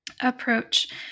approach